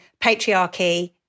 patriarchy